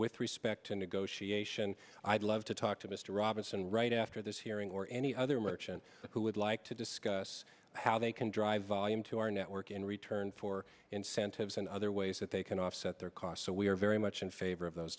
with respect negotiation i'd love to talk to mr robinson right after this hearing or any other merchant who would like to discuss how they can drive volume to our network in return for incentives and other ways that they can offset their costs so we are very much in favor of those